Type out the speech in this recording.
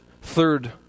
third